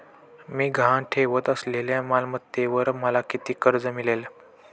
मी गहाण ठेवत असलेल्या मालमत्तेवर मला किती कर्ज मिळेल?